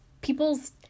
people's